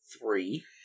three